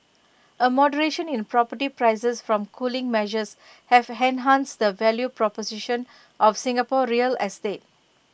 A moderation in property prices from cooling measures have enhanced the value proposition of Singapore real estate